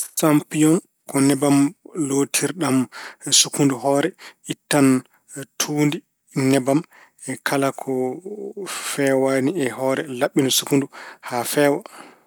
Sampiyoŋ ko nebbam lootirɗam sukkundu hoore. Ittan tuundi, nebam e kala ko feewaani e hoore. Laɓɓina sukkundu haa feewa.